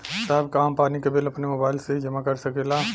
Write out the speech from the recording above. साहब का हम पानी के बिल अपने मोबाइल से ही जमा कर सकेला?